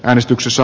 äänestyksessä